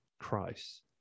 Christ